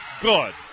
good